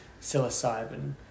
psilocybin